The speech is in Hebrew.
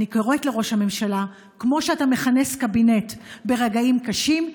אני קוראת לראש הממשלה: כמו שאתה מכנס קבינט ברגעים קשים,